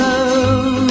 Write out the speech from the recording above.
Love